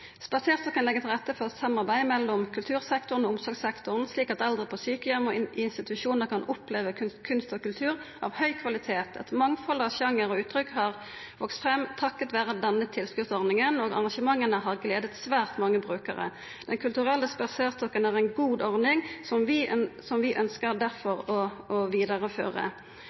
til rette for et samarbeid mellom kultursektoren og omsorgssektoren, slik at eldre på sykehjem og i institusjoner kan oppleve kunst og kultur av høy kvalitet. Et mangfold av sjangre og uttrykk har vokst fram takket være denne tilskuddsordningen, og arrangementene har gledet svært mange brukere. Den kulturelle spaserstokken er en god ordning, og vi ønsker derfor å videreføre den.» Torstein Hvattum, som